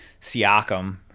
Siakam